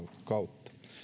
kautta